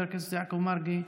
חבר הכנסת יעקב מרגי,